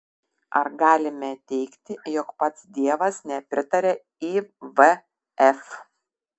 ar galime teigti jog pats dievas nepritaria ivf